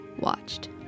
watched